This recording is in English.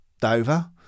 dover